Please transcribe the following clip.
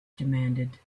demanded